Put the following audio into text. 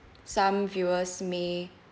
some viewers may